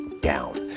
down